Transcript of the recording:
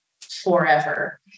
forever